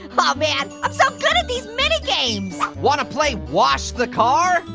but man, i'm so good at these mini games! wanna play wash the car?